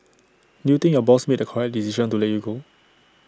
do you think your boss made the correct decision to let you go